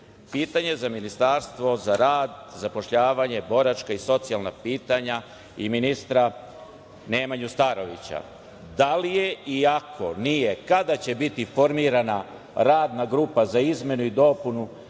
za Ministarstvo za rad, zapošljavanje, boračka i socijalna pitanja i ministra Nemanju Starovića – da li je i ako nije, kada će biti formirana radna grupa za izmene i dopunu